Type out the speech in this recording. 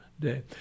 day